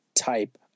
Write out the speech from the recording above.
type